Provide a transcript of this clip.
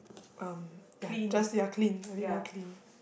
um they are just they are clean a bit more clean